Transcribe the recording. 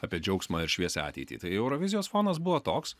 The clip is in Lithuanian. apie džiaugsmą ir šviesią ateitį tai eurovizijos fonas buvo toks